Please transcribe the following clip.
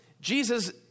Jesus